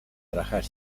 arahari